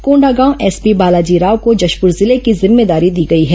Kondagaon SP Balaji Rao को जशपुर जिले की जिम्मेदारी दी गई है